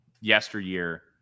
yesteryear